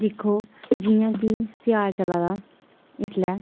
दिक्खो जि'यां की सेआल चला दा इस लै